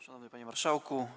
Szanowny Panie Marszałku!